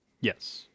Yes